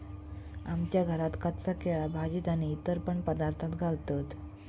आमच्या घरात कच्चा केळा भाजीत आणि इतर पण पदार्थांत घालतत